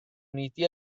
uniti